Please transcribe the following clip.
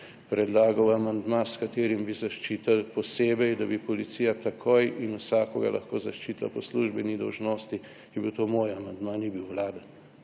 predlagal amandma, s katerim bi zaščitili posebej, da bi policija takoj in vsakega lahko zaščitila po službeni dolžnosti, je bil to moj amandma, ni bil Vlade